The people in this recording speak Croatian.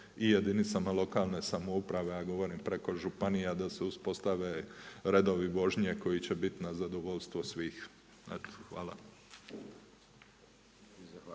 i jedinicama lokalne samouprave. Ja govorim preko županija da se uspostave redovi vožnje koji će bit na zadovoljstvo svih. Eto hvala.